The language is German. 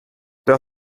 der